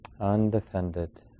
undefended